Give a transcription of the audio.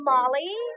Molly